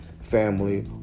family